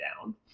down